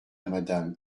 madame